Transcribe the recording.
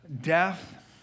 death